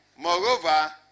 Moreover